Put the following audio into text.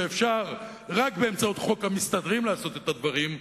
ואפשר רק באמצעות חוק המסתדרים לעשות את הדברים,